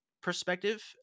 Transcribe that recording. perspective